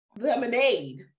Lemonade